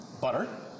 Butter